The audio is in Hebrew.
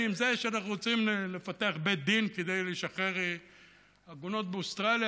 עם זה שאנחנו רוצים לפתח בית דין כדי לשחרר עגונות באוסטרליה,